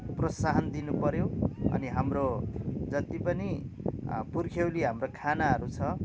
प्रोत्साहन दिनु पऱ्यो अनि हाम्रो जति पनि पुर्ख्यौली हाम्रो खानाहरू छ